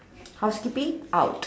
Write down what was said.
house keeping out